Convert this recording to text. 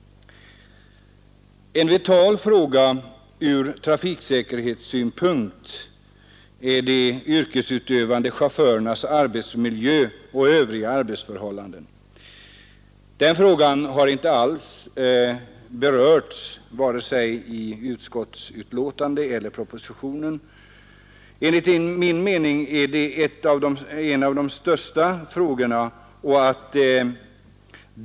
En vital fråga ur trafiksäkerhetssynpunkt är de yrkesutövande chaufförernas arbetsmiljö och övriga arbetsförhållanden. Den frågan har inte alls berörts i vare sig utskottsbetänkandet eller propositionen. Enligt min mening är det en av de största frågorna.